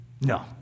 no